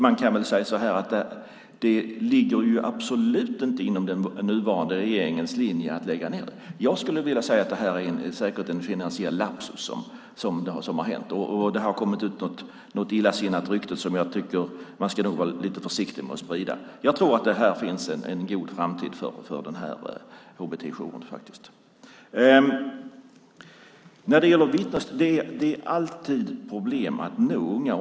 Det ligger absolut inte inom den nuvarande regeringens linje att lägga ned detta. Jag skulle vilja säga att det här säkert är en finansiell lapsus som har inträffat. Det har kommit ut något illasinnat rykte som jag tycker att man nog ska vara lite försiktig med att sprida. Jag tror att det finns en god framtid för HBT-jouren. När det gäller vittnesstöd är det alltid problem att nå unga.